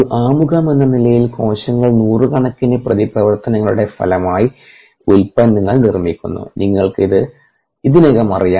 ഒരു ആമുഖമെന്ന നിലയിൽ കോശങ്ങൾ നൂറുകണക്കിന് പ്രതിപ്രവർത്തനങ്ങളുടെ ഫലമായി ഉൽപ്പന്നങ്ങൾ നിർമ്മിക്കുന്നു നിങ്ങൾക്ക് ഇത് ഇതിനകം അറിയാം